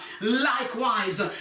Likewise